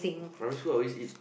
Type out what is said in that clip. primary school I always eat